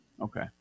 Okay